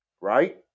right